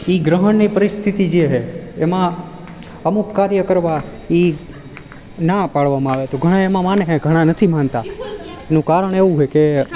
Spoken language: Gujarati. એ ગ્રહણની પરિસ્થિતિ જે છે એમાં અમુક કાર્ય કરવા એ ના પાડવામાં આવે તો ઘણા એમાં માને છે ઘણા નથી માનતા એનું કારણ એવું છેકે